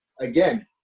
again